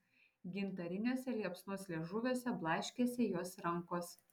gintariniuose liepsnos liežuviuose blaškėsi jos rankos